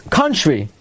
country